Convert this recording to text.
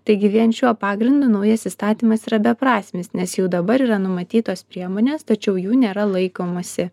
taigi vien šiuo pagrindu naujas įstatymas yra beprasmis nes jau dabar yra numatytos priemonės tačiau jų nėra laikomasi